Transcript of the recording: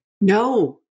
No